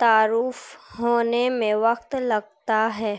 تعارف ہونے میں وقت لگتا ہے